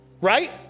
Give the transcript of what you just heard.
Right